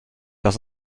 dass